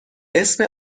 اسم